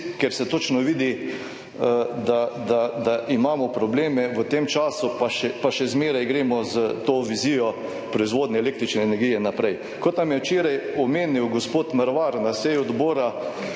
ker se točno vidi, da imamo probleme v tem času pa še zmeraj gremo s to vizijo proizvodnje električne energije naprej. Kot nam je včeraj omenil gospod / nerazumljivo/ na